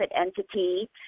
entity